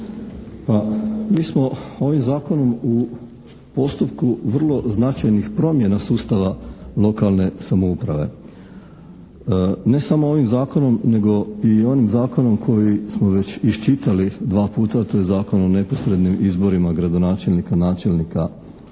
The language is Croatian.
mi smo ovim zakonom u postupku vrlo značajnih promjena sustava lokalne samouprave. Ne samo ovim zakonom nego i onim zakonom koji smo već iščitali dva puta, to je Zakon o neposrednim izborima gradonačelnika, načelnika